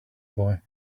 boy